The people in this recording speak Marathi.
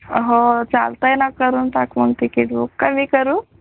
हो चालत आहे ना करून टाकू ना टीकेत बुक का मी करू